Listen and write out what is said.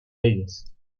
leyes